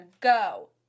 go